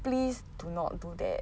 please do not do that